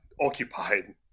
occupied